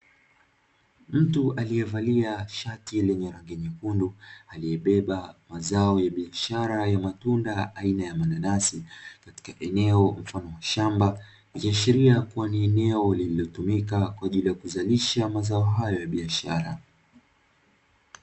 Mtu aliyevalia shati lenye rangi nyekundu aliyebeba mazao ya biashara ya tunda aina ya mananasi. Akiashiria kuwa ni eneo linalotumika kwa ajili ya kuzalisha mazao hayo ya biashara.